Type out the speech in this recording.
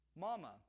Mama